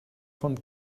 von